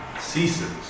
ceases